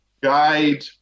guide